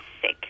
sick